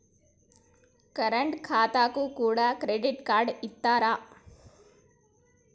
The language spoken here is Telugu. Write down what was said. కరెంట్ ఖాతాకు కూడా క్రెడిట్ కార్డు ఇత్తరా?